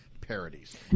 parodies